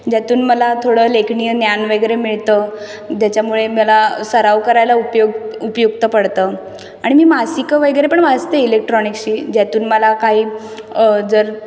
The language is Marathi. ज्यातून मला थोडं लेखनीय ज्ञान वगैरे मिळतं ज्याच्यामुळे मला सराव करायला उपयो उपयुक्त पडतं आणि मी मासिकं वगैरे पण वाचते इलेक्ट्रॉनिक्सची ज्यातून मला काही जर